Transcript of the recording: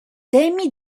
temi